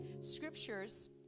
scriptures